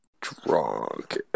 drunk